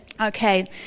Okay